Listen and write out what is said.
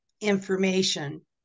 information